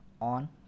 on